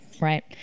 right